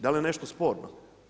Da li je nešto sporno?